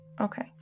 Okay